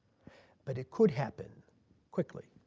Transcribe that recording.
but it could happen quickly.